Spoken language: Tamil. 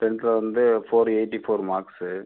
டென்த்தில் வந்து ஃபோர் எயிட்டி ஃபோர் மார்க்ஸ்ஸு